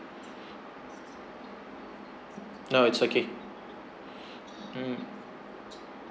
no it's okay mm